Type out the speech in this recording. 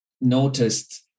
noticed